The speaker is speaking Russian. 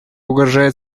угрожает